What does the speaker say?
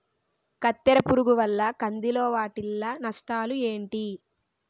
కత్తెర పురుగు వల్ల కంది లో వాటిల్ల నష్టాలు ఏంటి